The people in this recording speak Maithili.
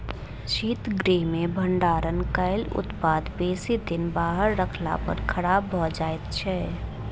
शीतगृह मे भंडारण कयल उत्पाद बेसी दिन बाहर रखला पर खराब भ जाइत छै